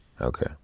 Okay